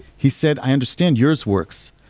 he said, i understand yours works,